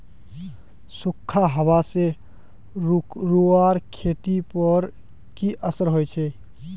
सुखखा हाबा से रूआँर खेतीर पोर की असर होचए?